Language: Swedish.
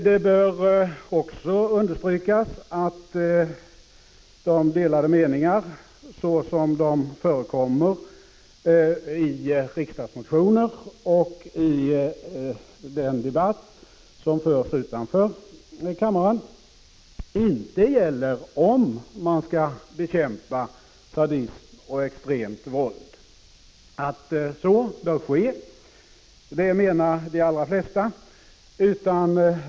Det bör också understrykas att de delade meningarna, såsom de kommit till uttryck i riksdagsmotioner och i den debatt som förs utanför kammaren, inte gäller om man skall bekämpa sadism och extremt våld. Det bör man göra, menar de allra flesta.